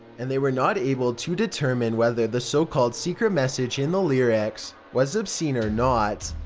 and they were not able to determine whether the so-called secret message in the lyrics was obscene or not.